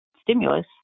stimulus